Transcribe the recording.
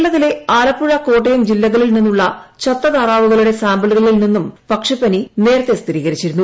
കേരളത്തിലെ ആലപ്പുഴ കോട്ടയം ജില്ലകളിൽ നിന്നുള്ള ചത്ത താറാവുകളുടെ സാമ്പിളുകളിൽ നിന്നും പക്ഷിപ്പനി നേരത്തെ സ്ഥിരീകരിച്ചിരുന്നു